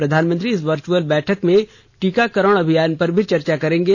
प्रधानमंत्री इस वर्चुअल बैठक में टीकाकरण अभियान पर भी चर्चा करेंगे